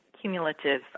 cumulative